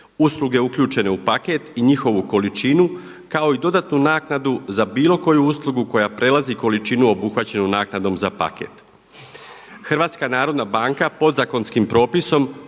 usluge uključene u paket i njihovu količinu kao i dodatnu naknadu za bilo koju uslugu koja prelazi količinu obuhvaćenu naknadom za paket. HNB podzakonskim propisom